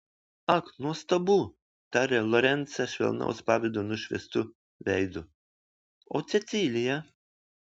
ak nuostabu tarė lorencą švelnaus pavydo nušviestu veidu o cecilija